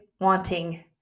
wanting